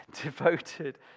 devoted